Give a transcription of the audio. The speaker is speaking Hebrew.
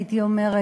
הייתי אומרת,